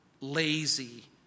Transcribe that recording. lazy